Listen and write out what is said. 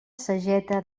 sageta